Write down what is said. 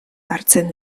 hartzen